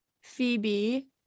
Phoebe